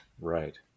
Right